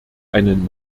einen